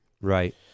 Right